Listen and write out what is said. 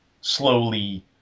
slowly